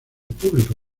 público